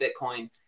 Bitcoin